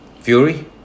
Fury